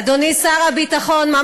אדוני שר הביטחון, גזל.